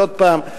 עוד פעם,